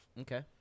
Okay